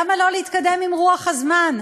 למה לא להתקדם עם רוח הזמן?